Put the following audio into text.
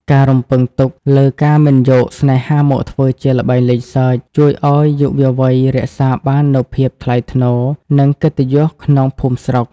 ការរំពឹងទុកលើ "ការមិនយកស្នេហាមកធ្វើជាល្បែងសើចលេង" ជួយឱ្យយុវវ័យរក្សាបាននូវភាពថ្លៃថ្នូរ និងកិត្តិយសក្នុងភូមិស្រុក។